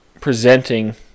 presenting